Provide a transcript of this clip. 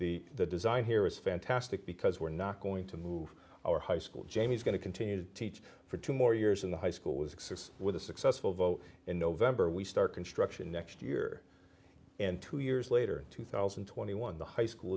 temporary the design here is fantastic because we're not going to move our high school jamie's going to continue to teach for two more years in the high school was with a successful vote in november we start construction next year and two years later two thousand and twenty one the high school